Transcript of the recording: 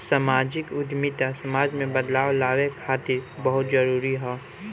सामाजिक उद्यमिता समाज में बदलाव लावे खातिर बहुते जरूरी ह